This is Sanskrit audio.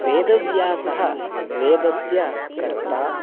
वेदव्यासः वेदस्य कर्ता